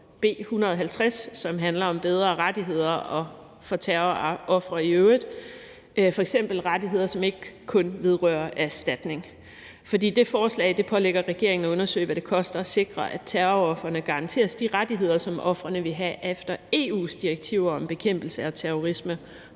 B 150, som handler om bedre rettigheder for terrorofre i øvrigt, f.eks. rettigheder, som ikke kun vedrører erstatning. Det forslag pålægger regeringen at undersøge, hvad det koster at sikre, at terrorofrene garanteres de rettigheder, som ofrene ville have efter EU's direktiver om bekæmpelse af terrorisme